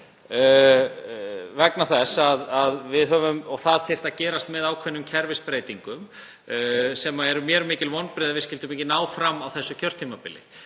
sérstaklega ungs fólks. Það þyrfti að gerast með ákveðnum kerfisbreytingum, sem eru mér mikil vonbrigði að við skyldum ekki ná fram á þessu kjörtímabili.